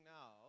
now